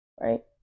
right